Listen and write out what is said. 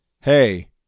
hey